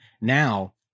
Now